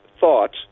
thoughts